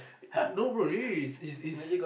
no bro really really it it's it's